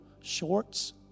shorts